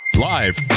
live